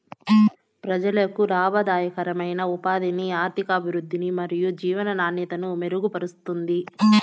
ప్రజలకు లాభదాయకమైన ఉపాధిని, ఆర్థికాభివృద్ధిని మరియు జీవన నాణ్యతను మెరుగుపరుస్తుంది